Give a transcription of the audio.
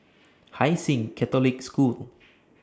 Hai Sing Catholic School